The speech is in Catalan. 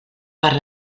per